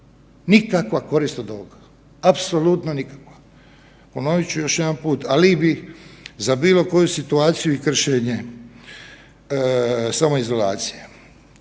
Nikakva korist od ovoga, apsolutno nikakva. Ponovit ću još jedanput, alibi za bilo koju situaciju i kršenje samoizolacije.